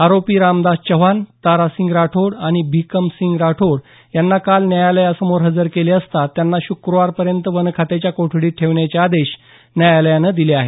आरोपी रामदास चव्हाण तारासिंग राठोड आणि भिकमसिंग राठोड यांना काल न्यायालयासमोर हजर केले असता त्यांना शक्रवारपर्यंत वनखात्याच्या कोठडीत ठेवण्याचे आदेश न्यायालयानं दिले आहेत